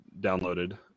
downloaded